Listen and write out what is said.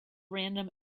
random